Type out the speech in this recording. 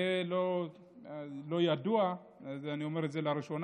זה לא ידוע, אני אומר את זה לראשונה,